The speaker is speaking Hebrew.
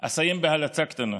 אסיים בהלצה קטנה: